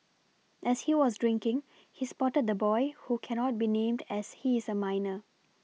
as he was drinking he spotted the boy who cannot be named as he is a minor